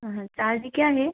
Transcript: हाँ हाँ चार्ज क्या है